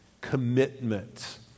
commitment